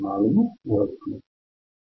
4 వోల్టులు